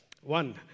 One